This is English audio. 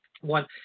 one